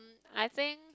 I think